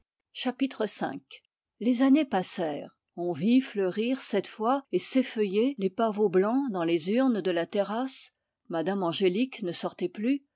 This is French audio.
parut s'effacer les années passèrent on vit fleurir sept fois et s'effeuiller les pavots blancs dans les urnes de la terrasse mme angélique ne sortait plus